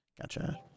gotcha